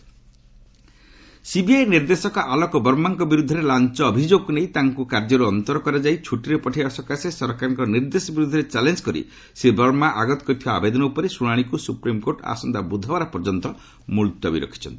SC CBI CBI ନିର୍ଦ୍ଦେଶକ ଆଲୋକ ବର୍ମାଙ୍କ ବିରୁଦ୍ଧରେ ଲାଞ୍ଚ ଅଭିଯୋଗକୁ ନେଇ ତାଙ୍କୁ କାର୍ଯ୍ୟରୁ ଅନ୍ତର କରାଯାଇ ଛୁଟିରେ ପଠାଇବା ସକାଶେ ସରକାରଙ୍କ ନିର୍ଦ୍ଦେଶ ବିରୁଦ୍ଧରେ ଚାଲେଞ୍ଜ କରି ଶ୍ରୀ ବର୍ମା ଆଗତ କରିଥିବା ଆବେଦନ ଉପରେ ଶୁଣାଣିକୁ ସୁପ୍ରିମ୍କୋର୍ଟ ଆସନ୍ତା ବୁଧବାର ପର୍ଯ୍ୟନ୍ତ ମୁଲତବୀ ରଖିଛନ୍ତି